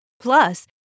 Plus